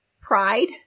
pride